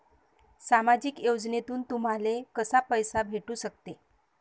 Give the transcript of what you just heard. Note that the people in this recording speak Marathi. सामाजिक योजनेतून तुम्हाले कसा पैसा भेटू सकते?